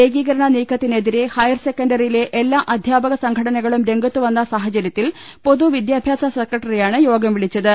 ഏകീകരണ നീക്ക ത്തിനെതിരെ ഹയർ സെക്കണ്ടറിയിലെ എല്ലാ അധ്യാപക സംഘടനകളും രംഗത്തു വന്ന സാഹചര്യത്തിൽ പൊതുവി ദ്യാഭ്യാസ സെക്രട്ടറിയാണ് യോഗം വിളിച്ചത്